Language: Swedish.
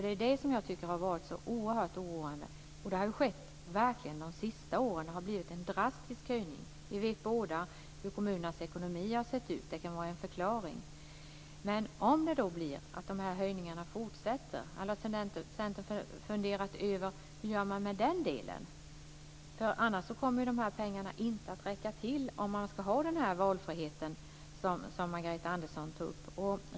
Det är det jag tycker har varit så oerhört oroande. Det har skett de senaste åren. Det har verkligen blivit en drastisk höjning. Vi vet båda hur kommunernas ekonomi har sett ut, det kan vara en förklaring. Men om det blir så att de här höjningarna fortsätter, har Centern funderat över hur man gör med den delen? Annars kommer pengarna inte att räcka till, om man ska ha den valfrihet som Margareta Andersson tog upp.